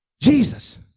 Jesus